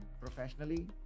professionally